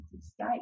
state